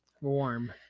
warm